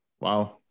Wow